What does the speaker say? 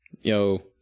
Yo